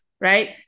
right